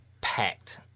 packed